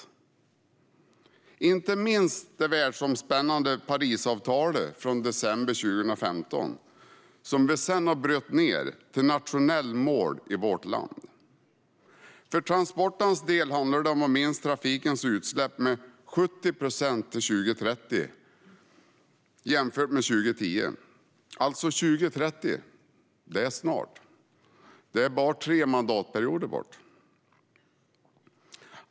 Det gäller inte minst det världsomspännande Parisavtalet från december 2015, som vi sedan har brutit ned till nationella mål i vårt land. För transporternas del handlar det om att minska trafikens utsläpp med 70 procent till 2030 jämfört med 2010. År 2030 är snart. Det är bara tre mandatperioder bort.